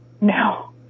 No